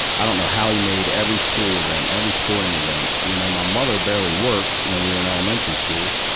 i don't know how he made every school event, every sporting event. you know, my mother barely worked, when we were in elementary school,